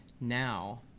now